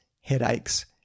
headaches